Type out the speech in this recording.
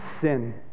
sin